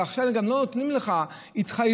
ועכשיו גם לא נותנים לך התחייבות,